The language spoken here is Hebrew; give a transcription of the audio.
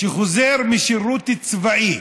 שחוזר משירות צבאי